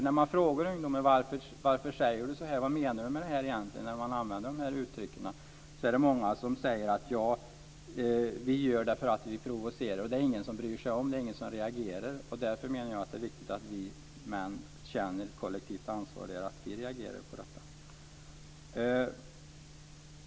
När man frågar ungdomar varför de säger så och vad de menar med dessa uttryck är det många som säger: "Vi gör det för att provocera, och det är ingen som bryr sig eller reagerar." Därför tycker jag att det är viktigt att vi män känner ett kollektivt ansvar och reagerar.